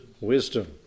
wisdom